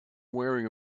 wearing